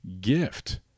gift